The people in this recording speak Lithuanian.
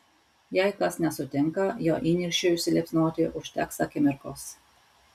jei kas nesutinka jo įniršiui užsiliepsnoti užteks akimirkos